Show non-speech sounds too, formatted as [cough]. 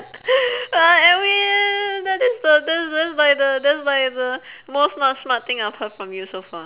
[laughs] [noise] edwin that is the that's that's like the that's like the most smart smart thing I've heard from you so far